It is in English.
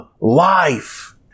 life